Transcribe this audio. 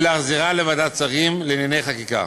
ולהחזירה לוועדת השרים לענייני חקיקה.